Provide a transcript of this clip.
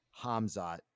Hamzat